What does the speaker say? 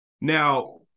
now